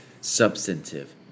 substantive